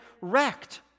wrecked